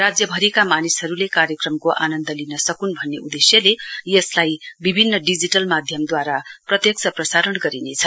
राज्य भरिका मानिसहरूले कार्यक्रमको आनन्द लिन सकुन् भन्ने उद्देश्यले यसलाई विभिन्न डिजिटल माध्यमद्वारा प्रत्यक्ष प्रसारण गरिनेछ